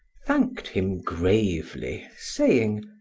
thanked him gravely saying,